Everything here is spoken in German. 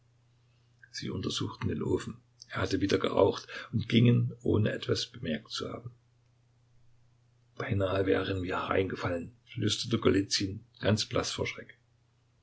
sie untersuchten den ofen er hatte wieder geraucht und gingen ohne etwas bemerkt zu haben beinahe wären wir hereingefallen flüsterte golizyn ganz blaß vor schreck